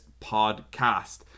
podcast